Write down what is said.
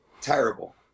terrible